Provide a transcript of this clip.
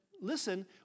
listen